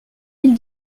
mille